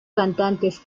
cantantes